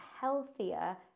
healthier